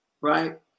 right